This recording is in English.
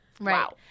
wow